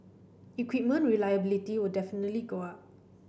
equipment reliability will definitely go up